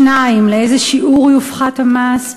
2. לאיזה שיעור יופחת המס?